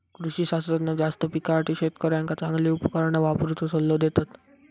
कृषी शास्त्रज्ञ जास्त पिकासाठी शेतकऱ्यांका चांगली उपकरणा वापरुचो सल्लो देतत